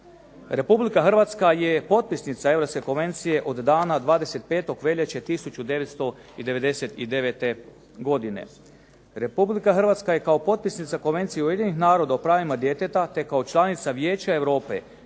Republika Hrvatska je potpisnica Europske konvencije od dana 25. veljače 1999. godine. Republika Hrvatska je kao potpisnica Konvencije Ujedinjenih naroda o pravima djeteta, te kao članica Vijeća Europe